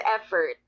effort